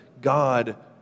God